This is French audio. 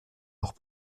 leurs